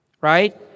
right